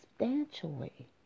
substantially